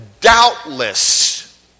doubtless